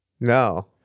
No